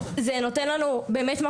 זה באמת נותן לנו מקום.